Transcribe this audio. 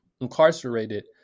incarcerated